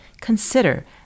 Consider